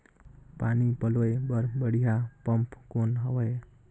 पानी पलोय बर बढ़िया पम्प कौन हवय?